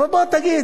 בוא תגיד.